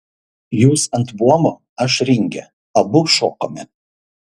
jūs ant buomo aš ringe abu šokome